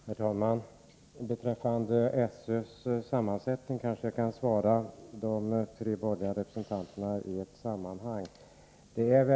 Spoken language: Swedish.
Herr talman! Beträffande sammansättningen av SÖ:s styrelse kanske jag kan svara de tre borgerliga representanterna i ett sammanhang.